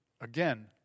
Again